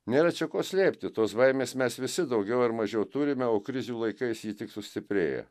nėra čia ko slėpti tos baimės mes visi daugiau ar mažiau turime o krizių laikais ji tik sustiprėja